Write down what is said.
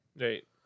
Right